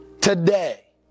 today